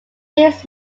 his